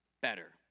better